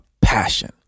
passion